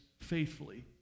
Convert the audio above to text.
faithfully